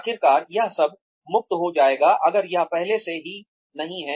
आखिरकार यह सब मुक्त हो जाएगा अगर यह पहले से ही नहीं है